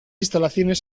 instalaciones